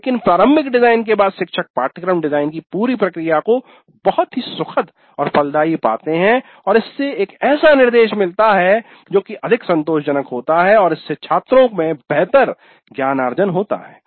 लेकिन प्रारंभिक डिजाइन के बाद शिक्षक पाठ्यक्रम डिजाइन की पूरी प्रक्रिया को बहुत ही सुखद और फलदायी पाते हैं और इससे एक ऐसा निर्देश मिलता है जो की अधिक संतोषजनक होता है और इससे छात्रों में बेहतर ज्ञानार्जन होता है